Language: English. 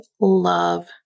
love